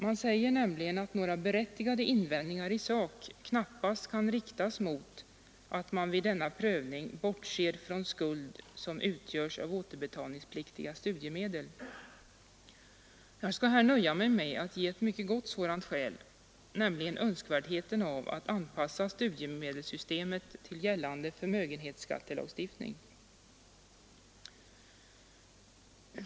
Man säger nämligen att några berättigade invändningar i sak knappast kan riktas mot att man vid denna prövning bortser från skuld som utgörs av återbetalningspliktiga studiemedel. Jag skall här nöja mig med att ge ett mycket gott sådant skäl, nämligen önskvärdheten av att anpassa studiemedelssystemet till gällande förmögenhetsskattelagstiftning.